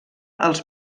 als